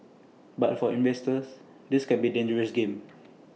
but for investors this can be A dangerous game